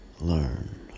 learn